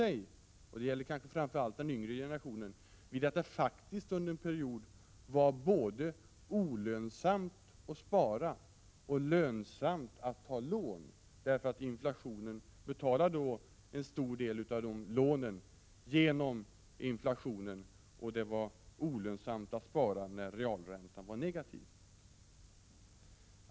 De - kanske framför allt hushållen i den yngre generationen — vande sig vid att det under en period faktiskt var olönsamt att spara och lönsamt att ta lån därför att inflationen ju betalade en stor del av dessa lån. Genom inflationen var det alltså olönsamt att spara eftersom realräntorna var negativa.